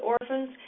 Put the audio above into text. orphans